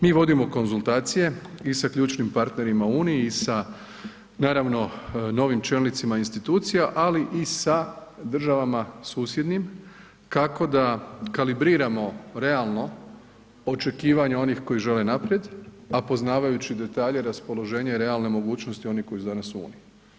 Mi vodimo konzultacije i sa ključnim partnerima u Uniji i sa naravno, novim čelnicima institucija ali i sa državama susjednim kako da kalibriramo realno očekivanja onih koji žele naprijed a poznavajući detalje, raspoloženje i realne mogućnosti onih koji su danas u Uniji.